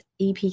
EP